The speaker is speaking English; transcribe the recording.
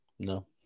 No